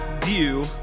view